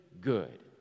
good